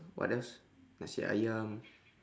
what else nasi ayam